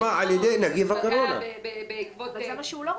שהוא לא רוצה.